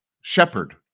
shepherd